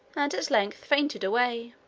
and, at length, fainted away.